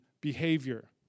behavior